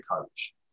coach